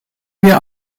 wir